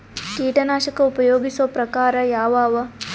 ಕೀಟನಾಶಕ ಉಪಯೋಗಿಸೊ ಪ್ರಕಾರ ಯಾವ ಅವ?